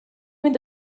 mynd